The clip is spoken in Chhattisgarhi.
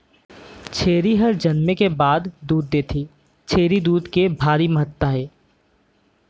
छेरी हर जनमे के बाद दूद देथे, छेरी दूद के भारी महत्ता हे